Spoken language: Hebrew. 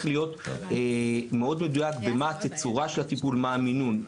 להיות מאוד מדויק בתצורה של הטיפול ובמינון.